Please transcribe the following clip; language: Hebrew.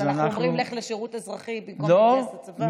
אז אנחנו אומרים: לך לשירות אזרחי במקום להתגייס לצבא?